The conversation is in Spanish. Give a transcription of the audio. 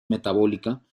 metabólica